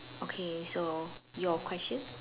okay so your question